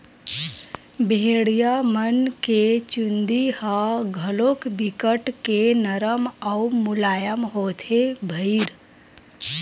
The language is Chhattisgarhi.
भेड़िया मन के चूदी ह घलोक बिकट के नरम अउ मुलायम होथे भईर